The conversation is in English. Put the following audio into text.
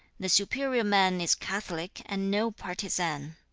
the superior man is catholic and no partisan.